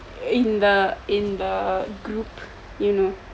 in the in the group you know